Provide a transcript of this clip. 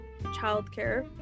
childcare